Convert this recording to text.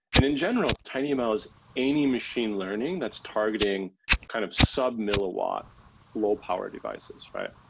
and in general, tinyml is any machine learning that's targeting kind of sub-milliwatt low power devices, right?